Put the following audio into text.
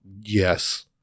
Yes